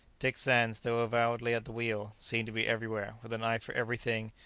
dick sands, though avowedly at the wheel, seemed to be everywhere, with an eye for every thing,